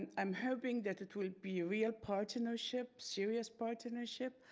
and i'm hoping that it will be a real partnership serious partnership.